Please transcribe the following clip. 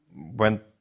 went